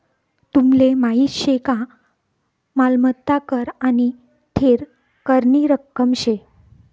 तुमले माहीत शे का मालमत्ता कर आने थेर करनी रक्कम शे